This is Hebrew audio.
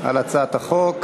על הצעת החוק.